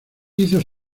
hizo